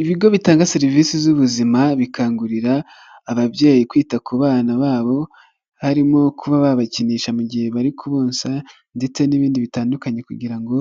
Ibigo bitanga serivisi z'ubuzima bikangurira ababyeyi kwita ku bana babo, harimo kuba babakinisha mu gihe bari ku bonsa ndetse n'ibindi bitandukanye kugira ngo